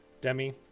Demi